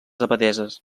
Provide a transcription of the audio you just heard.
abadesses